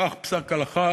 קח פסק הלכה: